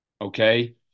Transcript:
okay